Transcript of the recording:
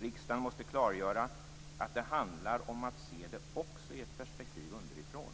Riksdagen måste klargöra att det handlar om att också se det i ett perspektiv underifrån.